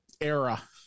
era